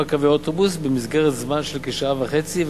קווי אוטובוס במסגרת זמן של כשעה וחצי,